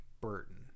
Burton